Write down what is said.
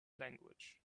language